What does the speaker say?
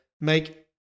make